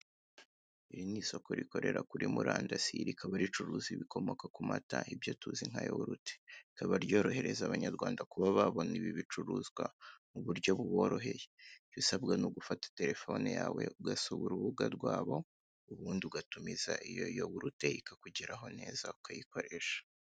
Iri ji isoko rikorera kuri murandasi, rikaba ricuruza ibikomoka ku mata ibyo tuzi nka yawurute rikaba ryorohereza abanyarwanfda kuba babona ibicuruzwa ku buryo buboroheye . Icyo usabwa ni ugufata terefone yawe ugasura urubuga rwabo ubundi ugatumiza iyo yawurute ikakugeraho neza ukayikoresha.